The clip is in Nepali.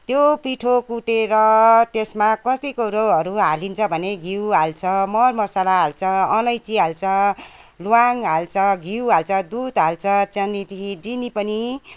त्यो पिठो कुटेर त्यसमा कति कुरोहरू हालिन्छ भने घिउ हाल्छ मरमसाला हाल्छ अलैँची हाल्छ ल्वाङ हाल्छ घिउ हाल्छ दुध हाल्छ त्यहाँदेखि चिनी पनि